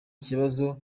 kibazo